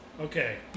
Okay